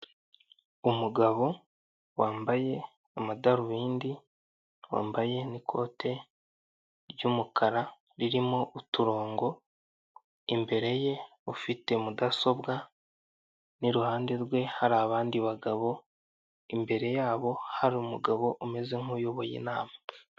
Umugabo wambaye amadarubindi, wambaye n'ikote ry'umukara ririmo uturongo, imbere ye ufite mudasobwa n'iruhande rwe hari abandi bagabo, imbere yabo hari umugabo umeze nk'uyoboye inama.